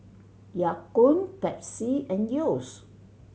Ya Kun Pepsi and Yeo's